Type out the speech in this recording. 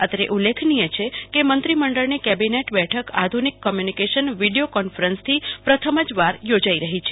અત્રે ઉલ્લેખનીય છે કે મંત્રીમંડળની કેબિનેટ બેઠક આધુનિક કોમ્યુનિકેશન વિડીયો કોન્ફરન્સથી પ્રથમ જ વાર યોજાઈ રહી છે